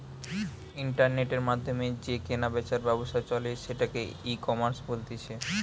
ইন্টারনেটের মাধ্যমে যে কেনা বেচার ব্যবসা চলে সেটাকে ইকমার্স বলতিছে